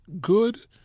good